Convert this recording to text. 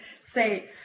say